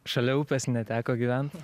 šalia upės neteko gyvent